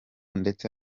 ndetse